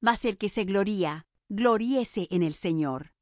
mas el que se gloría gloríese en el señor